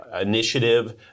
initiative